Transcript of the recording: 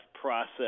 process